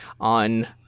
on